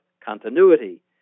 continuity